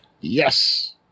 Yes